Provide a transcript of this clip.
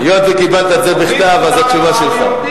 היות שקיבלת את זה בכתב, התשובה שלך.